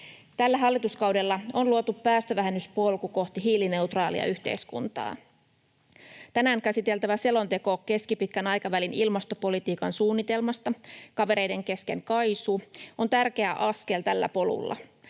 Tällä hallituskaudella on luotu päästövähennyspolku kohti hiilineutraalia yhteiskuntaa. Tänään käsiteltävä selonteko keskipitkän aikavälin ilmastopolitiikan suunnitelmasta — kavereiden kesken KAISU — on tärkeä askel tällä polulla.